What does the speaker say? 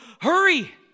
hurry